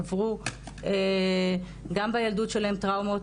עברו גם בילדות שלהם טראומות,